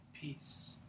peace